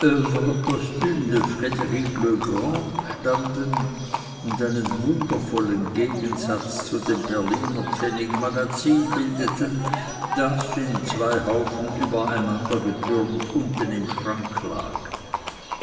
grand standen und einen wundervollen gegensatz zu dem berliner pfennigmagazin bildeten das in zwei haufen übereinandergetürmt unten im schrank lag